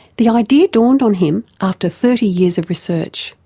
the idea dawned on him after thirty years of research.